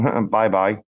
bye-bye